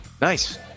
Nice